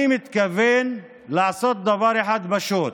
אני מתכוון לעשות דבר אחד פשוט: